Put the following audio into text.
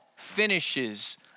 finishes